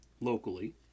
locally